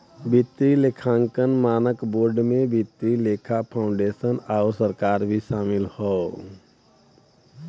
वित्तीय लेखांकन मानक बोर्ड में वित्तीय लेखा फाउंडेशन आउर सरकार भी शामिल हौ